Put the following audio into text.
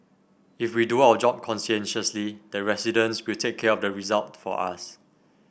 if we do our job conscientiously the residents will take care of the result for us